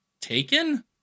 taken